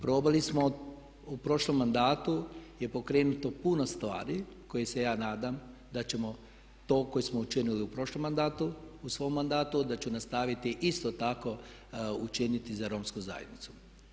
Probali smo u prošlom mandatu je pokrenuto puno stvari koje se ja nadam da ćemo to koji smo učinili u prošlom mandatu u svom mandatu da ću nastaviti isto tako učiniti za romsku zajednicu.